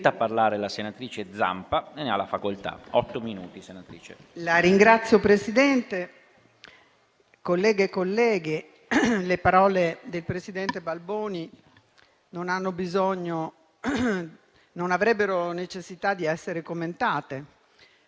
Signor Presidente, colleghi e colleghe, le parole del presidente Balboni non avrebbero necessità di essere commentate,